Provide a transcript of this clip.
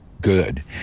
good